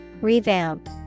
Revamp